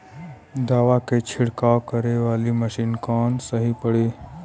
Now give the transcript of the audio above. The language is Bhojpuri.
दवा के छिड़काव करे वाला मशीन कवन सही पड़ी?